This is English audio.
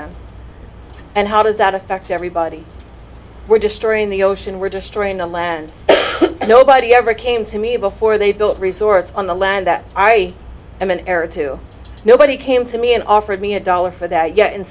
them and how does that affect everybody we're destroying the ocean we're destroying the land and nobody ever came to me before they built resorts on the land that i am in error to nobody came to me and offered me a dollar for that yet and